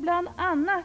Bl.a. står